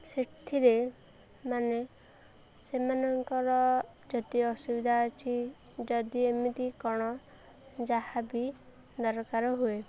ସେଥିରେ ମାନେ ସେମାନଙ୍କର ଯଦି ଅସୁବିଧା ଅଛି ଯଦି ଏମିତି କ'ଣ ଯାହାବି ଦରକାର ହୁଏ